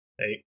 Eight